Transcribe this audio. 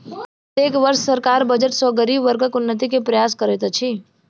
प्रत्येक वर्ष सरकार बजट सॅ गरीब वर्गक उन्नति के प्रयास करैत अछि